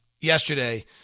yesterday